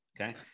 Okay